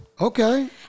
Okay